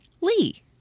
Lee